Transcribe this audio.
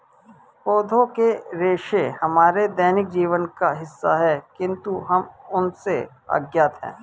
पौधों के रेशे हमारे दैनिक जीवन का हिस्सा है, किंतु हम उनसे अज्ञात हैं